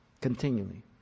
Continually